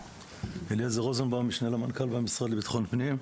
אליעזר רוזנבאום, משנה למנכ"ל המשרד לביטחון פנים.